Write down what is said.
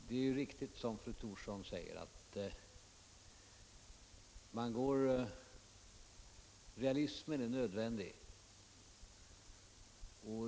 Det är riktigt som fru Thorsson säger, att realismen är nödvändig.